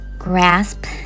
Grasp